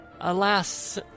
Alas